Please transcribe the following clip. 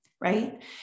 Right